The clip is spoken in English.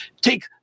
Take